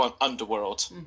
Underworld